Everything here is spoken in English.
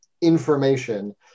information